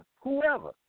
whoever